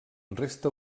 resta